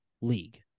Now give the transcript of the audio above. league